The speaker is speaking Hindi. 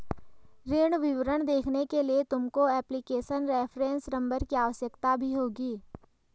ऋण विवरण देखने के लिए तुमको एप्लीकेशन रेफरेंस नंबर की आवश्यकता भी होगी